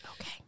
okay